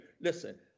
Listen